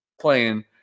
playing